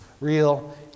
real